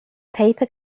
paper